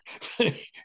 funny